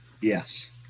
Yes